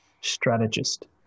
Strategist